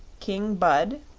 king bud,